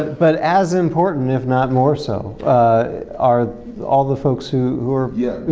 but as important, if not more so are all the folks who who are yeah,